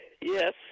Yes